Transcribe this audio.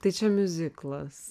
tai čia miuziklas